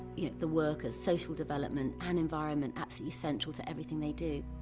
the workers' social development and environment absolutely essential to everything they do.